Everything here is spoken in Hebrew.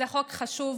זה חוק חשוב